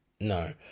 no